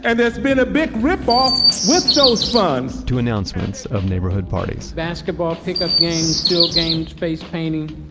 and there's been a big rip-off with those funds, to announcements of neighborhood parties basketball pickup games, field games, face painting,